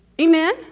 Amen